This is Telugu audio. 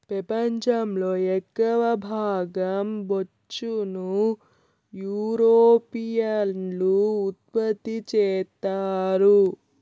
పెపంచం లో ఎక్కవ భాగం బొచ్చును యూరోపియన్లు ఉత్పత్తి చెత్తారు